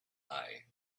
eye